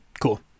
Cool